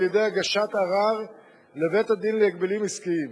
על-ידי הגשת ערר לבית-הדין להגבלים עסקיים.